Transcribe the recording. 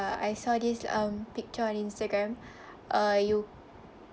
uh I saw this um picture on Instagram uh you